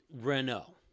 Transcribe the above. Renault